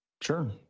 sure